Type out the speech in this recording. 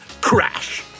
crash